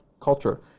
culture